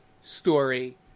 story